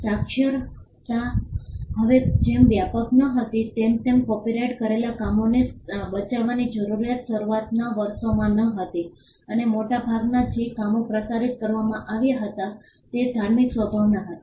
સાક્ષરતા હવે જેમ વ્યાપક ન હતી તેમ તેમ કોપિરાઇટ કરેલા કામોને બચાવવાની જરૂરિયાત શરૂઆતના વર્ષોમાં નહોતી અને મોટા ભાગે જે કામો પ્રસારિત કરવામાં આવ્યા હતા તે ધાર્મિક સ્વભાવના હતા